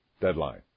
deadline